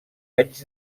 anys